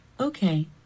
Okay